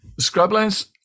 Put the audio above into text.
Scrublands